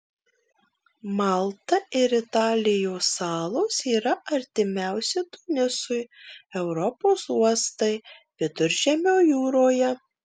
malta ir italijos salos yra artimiausi tunisui europos uostai viduržemio jūroje